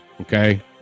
okay